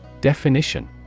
Definition